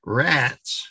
rats